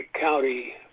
county